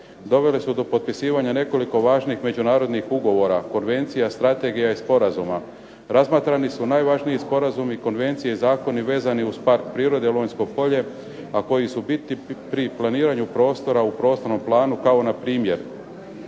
dovele su do potpisivanja nekoliko važnih međunarodnih ugovora, konvencija, strategija i sporazuma, razmatrani su najvažniji sporazumi, konvencije i zakoni vezani uz Park prirode Lonjsko polje, a koji su bitni pri planiranju prostora u prostornom planu kao npr.